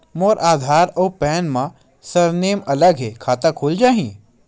मोर आधार आऊ पैन मा सरनेम अलग हे खाता खुल जहीं?